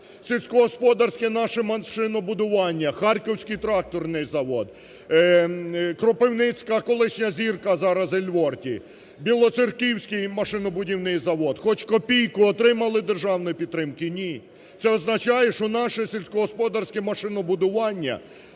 Сільськогосподарське наше машинобудування: Харківський тракторний завод, Кропивницька колишня "Зірка" (зараз "Ельворті"), Білоцерківський машинобудівний завод – хоч копійку отримали державної підтримки? Ні. Це означає, що наше сільськогосподарське машинобудування,